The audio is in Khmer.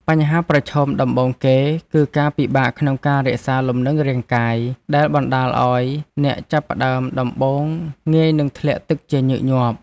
បញ្ហាប្រឈមដំបូងគេ គឺការពិបាកក្នុងការរក្សាលំនឹងរាងកាយ ដែលបណ្ដាលឱ្យអ្នកចាប់ផ្ដើមដំបូងងាយនឹងធ្លាក់ទឹកជាញឹកញាប់។